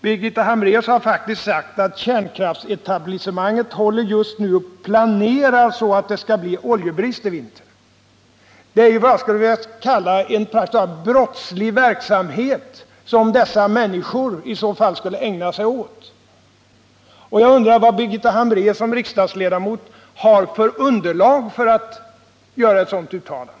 Birgitta Hambraeus har faktiskt sagt att kärnkraftsetablissemanget just nu håller på och planerar så att det skall bli oljebrist i vinter. Det är, skulle jag vilja säga, praktiskt taget en brottslig verksamhet som dessa människor i så fall skulle ägna sig åt. Jag undrar vad Birgitta Hambraeus som riksdagsledamot har för underlag för att göra ett sådant uttalande.